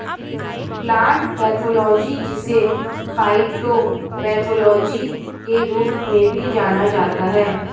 plant pathology जिसे phytopathology के रूप में भी जाना जाता है